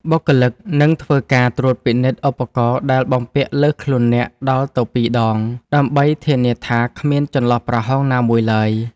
បុគ្គលិកនឹងធ្វើការត្រួតពិនិត្យឧបករណ៍ដែលបំពាក់លើខ្លួនអ្នកដល់ទៅពីរដង ដើម្បីធានាថាគ្មានចន្លោះប្រហោងណាមួយឡើយ។